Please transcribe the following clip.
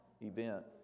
event